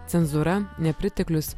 cenzūra nepriteklius